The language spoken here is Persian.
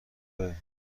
میاد